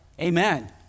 Amen